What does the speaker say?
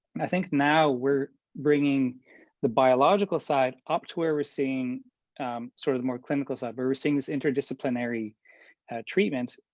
i think now we're bringing the biological side up to where we're seeing sort of the more clinical side where we're seeing this interdisciplinary treatment.